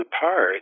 apart